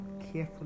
carefully